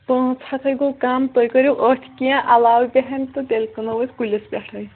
پٲنٛژھ ہَتھ ہے گوٚو کَم تُہۍ کٔرِو أتھۍ کیٚنٛہہ علاوٕ کیٚنٛہن تہٕ تیٚلہِ کٕنو أسۍ کُلِس پیٚٹھٕے